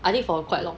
I think for quite long